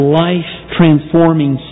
life-transforming